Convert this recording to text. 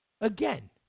Again